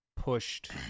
pushed